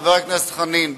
חבר הכנסת חנין,